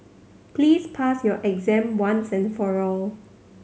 please pass your exam once and for all